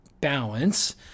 balance